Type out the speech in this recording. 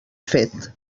fet